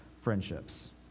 friendships